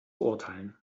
beurteilen